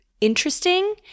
interesting